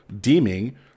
deeming